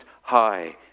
High